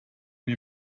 wir